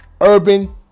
Urban